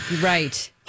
right